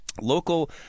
Local